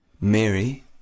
Mary